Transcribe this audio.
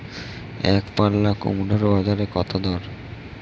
একপাল্লা কুমড়োর বাজার দর কত?